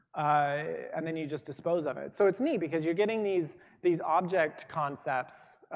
and then you just dispose of it. so it's neat because you're getting these these object concepts